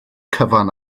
cyfan